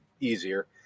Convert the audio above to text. easier